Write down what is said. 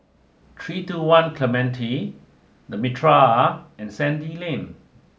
three two one Clementi the Mitraa and Sandy Lane